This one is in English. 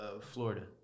Florida